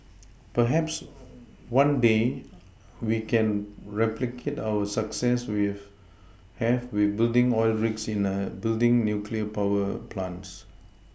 perhaps one day we can replicate our success we have with building oil rigs in building nuclear power plants